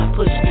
push